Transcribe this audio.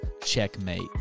Checkmate